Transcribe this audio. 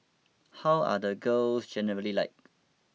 how are the girls generally like